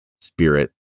spirit